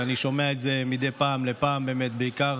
כשאני שומע את זה מדי פעם בפעם באמת בעיקר